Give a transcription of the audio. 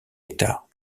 hectares